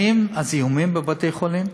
האם הזיהומים בבתי-חולים,